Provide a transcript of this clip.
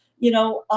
you know,